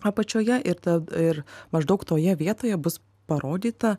apačioje ir tad ir maždaug toje vietoje bus parodyta